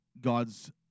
God's